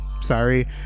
sorry